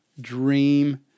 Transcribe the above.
dream